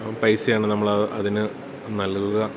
പൈസയാണ് നമ്മൾ അതിന് നൽകുക